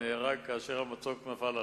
נהרג כאשר מצוק נפל עליו.